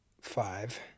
five